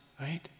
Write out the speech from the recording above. right